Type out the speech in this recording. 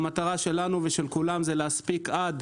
כשהמטרה שלנו ושל כולם זה להספיק עד